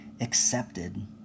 accepted